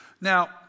Now